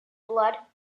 blood